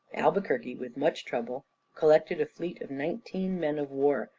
albuquerque with much trouble collected a fleet of nineteen men of war,